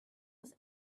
was